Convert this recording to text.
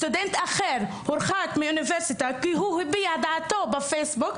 סטודנט אחר הורחק מאוניברסיטה כי הוא הביע את דעתו בפייסבוק,